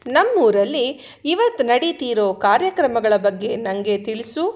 ನಮ್ಮೂರಲ್ಲಿ ಇವತ್ತು ನಡೀತಿರೋ ಕಾರ್ಯಕ್ರಮಗಳ ಬಗ್ಗೆ ನನಗೆ ತಿಳಿಸು